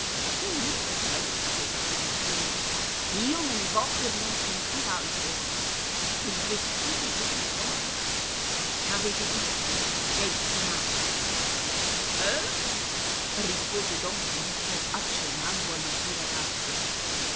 un'indecenza questa produzione io me ne vo per non sentir altro e il vestito della donna avete visto nel chinarsi eh eh rispose don filippo accennando alle sue ragazze